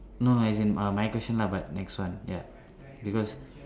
no no as in uh my question lah but next one ya because